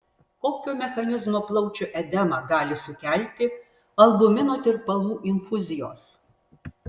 kokio mechanizmo plaučių edemą gali sukelti albumino tirpalų infuzijos